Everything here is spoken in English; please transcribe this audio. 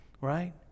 right